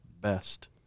best